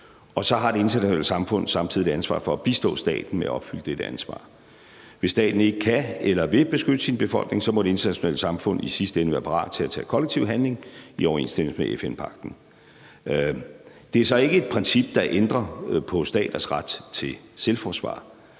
Og så har det internationale samfund samtidig et ansvar for at bistå staten med at opfylde dette ansvar. Hvis staten ikke kan eller vil beskytte sin befolkning, må det internationale samfund i sidste ende være parat til at tage kollektiv handling i overensstemmelse med FN-pagten. Det er så ikke et princip, der ændrer på staters ret til selvforsvar.